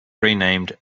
renamed